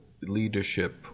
leadership